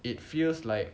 it feels like